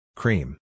Cream